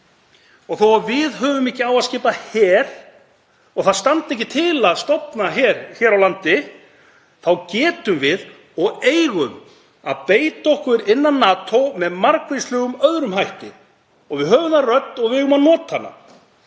Þó að við höfum ekki á að skipa her og það standi ekki til að stofna her hér á landi þá getum við og eigum að beita okkur innan NATO með margvíslegum öðrum hætti. Við höfum þar rödd og við eigum að nota hana.